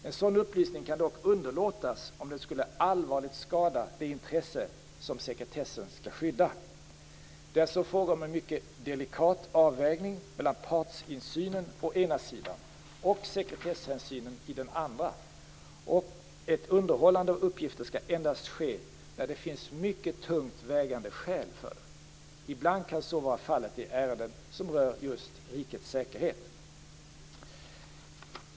En sådan upplysning kan dock underlåtas om den skulle allvarligt skada det intresse som sekretessen skall skydda. Det är alltså fråga om en mycket delikat avvägning mellan partsinsynen å ena sidan och sekretesshänsynen å den andra, och ett undanhållande av uppgifter skall endast ske när det finns mycket tungt vägande skäl för det. Ibland kan så vara fallet i ärenden som rör just rikets säkerhet.